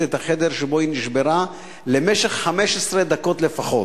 את החדר שבו היא נשברה למשך 15 דקות לפחות.